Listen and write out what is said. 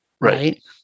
right